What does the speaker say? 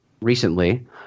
recently